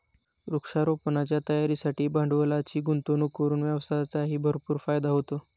वृक्षारोपणाच्या तयारीसाठी भांडवलाची गुंतवणूक करून व्यवसायाचाही भरपूर फायदा होतो